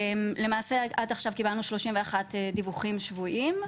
למעשה, עד עכשיו קיבלנו 31 דיווחים שבועיים,